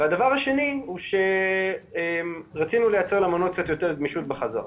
והדבר השני הוא שרצינו לייצר למעונות קצת יותר גמישות בחזרה.